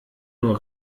nur